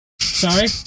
sorry